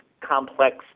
complex